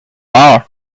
are